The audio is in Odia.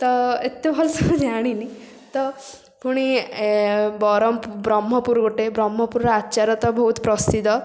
ତ ଏତେ ଭଲସେ ମୁଁ ଜାଣିନି ତ ପୁଣି ବରଂ ବ୍ରହ୍ମପୁର ଗୋଟେ ବ୍ରହ୍ମପୁରର ଆଚାର ତ ବହୁତ ପ୍ରସିଦ୍ଧ